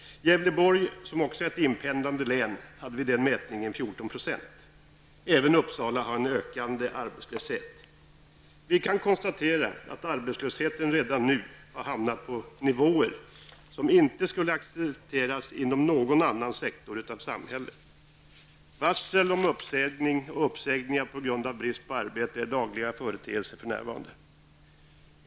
För Gävleborgsl län, som också är ett inpendlande län, gällde vid samma mätning 14 %.Även Uppsala har en ökande arbetslöshet. Vi kan konstatera att arbetslösheten redan nu ligger på nivåer som inte skulle accepteras inom någon annan sektor i samhället. Varsel om uppsägningar samt uppsägningar på grund av brist på arbete är dagliga företeelser för närvarande.